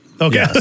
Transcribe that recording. Okay